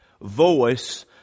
voice